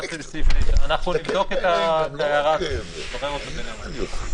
אנחנו נבדוק את ההערה, נברר את זה בינינו.